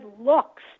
looks